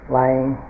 lying